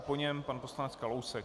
Po něm pan poslanec Kalousek.